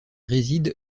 réside